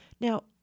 Now